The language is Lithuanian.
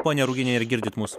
ponia ruginiene ar girdit mus